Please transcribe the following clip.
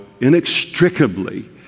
inextricably